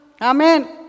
Amen